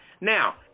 Now